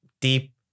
deep